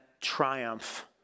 triumph